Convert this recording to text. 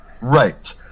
Right